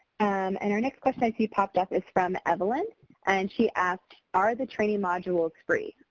and and our next question i see popped up is from evelyn and she asks, are the training modules free?